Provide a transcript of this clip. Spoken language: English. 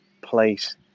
place